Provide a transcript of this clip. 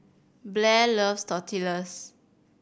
Blair loves Tortillas